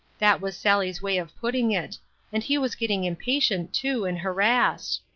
that was sally's way of putting it and he was getting impatient, too, and harassed.